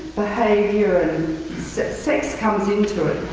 behavior and sex comes into it.